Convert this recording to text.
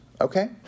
Okay